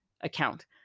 account